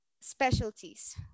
specialties